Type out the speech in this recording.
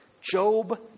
Job